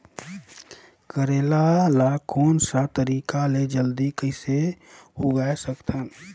करेला ला कोन सा तरीका ले जल्दी कइसे उगाय सकथन?